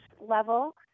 level